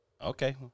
Okay